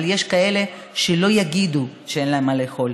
אבל יש כאלה שלא יגידו שאין להם מה לאכול,